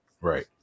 right